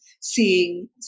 seeing